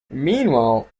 meanwhile